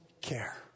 care